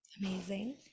Amazing